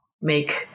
make